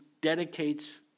dedicates